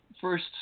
first